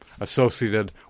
associated